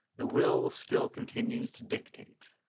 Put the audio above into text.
the will still continues to dictate.